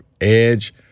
edge